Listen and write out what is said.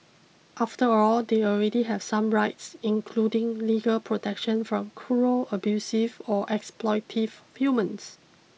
after all they already have some rights including legal protection from cruel abusive or exploitative humans